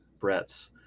Bretts